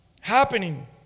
happening